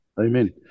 Amen